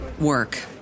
work